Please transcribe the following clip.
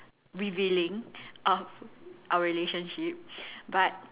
revealing of our relationship but